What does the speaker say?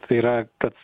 tai yra kad